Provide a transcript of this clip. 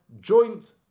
joint